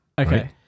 Okay